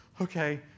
okay